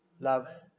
love